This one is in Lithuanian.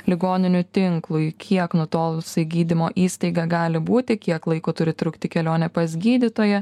ligoninių tinklui kiek nutolusi gydymo įstaiga gali būti kiek laiko turi trukti kelionė pas gydytoją